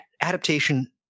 adaptation